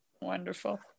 Wonderful